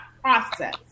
process